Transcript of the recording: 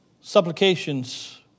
supplications